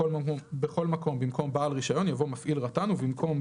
בכל מקום במקום "בעל רישיון" יבוא "מפעיל רט"ן"